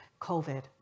COVID